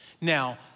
Now